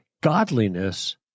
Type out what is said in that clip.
Godliness